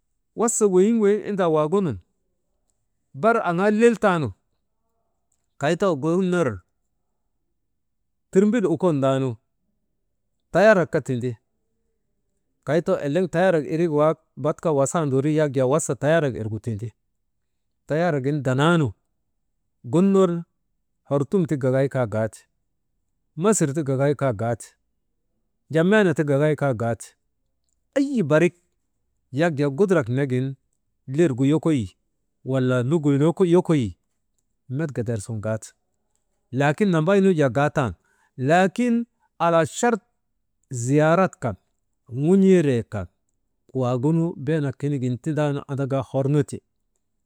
Wasa weyiŋ, weyiŋ indaa waagunun bar aŋaa lel taanu, kay too gun ner tirmbil okondaanu tayaarak kaa tindi kay too eleŋ tayaarak irik wak bat kaa wasaanderi yak jaa wasa tayaarak irgu tindi tayaaragin danaanu gun ner hartum ti gagaykaa gaate, masirti gagay kaa gaate jammeena ti gagaykaa gaate, ayi barik yak jaa gudurak negin, lirgu wokoyii, wala lugu «hesitation» yokoyii met gedersun gaate. Laakin nambaynu jaa gaataan, laakin alaa chart ziyaarat kan, gun̰iiree kan waagunu beenat konigin tindaanu andaka hornuti.